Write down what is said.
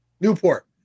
Newport